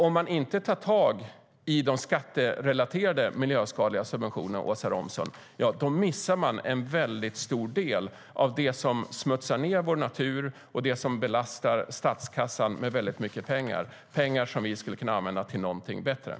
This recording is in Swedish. Om man inte tar tag i de skatterelaterade miljöskadliga subventionerna, Åsa Romson, missar man en stor del av det som smutsar ned vår natur och det belastar statskassan med mycket pengar, pengar som vi skulle kunna använda till någonting bättre.